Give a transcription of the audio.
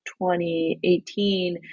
2018